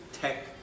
Tech